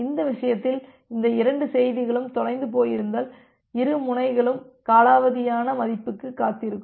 இந்த விஷயத்தில் இந்த இரண்டு செய்திகளும் தொலைந்து போயிருந்தால் இரு முனைகளும் காலாவதியான மதிப்புக்கு காத்திருக்கும்